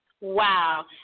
Wow